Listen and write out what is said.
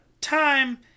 time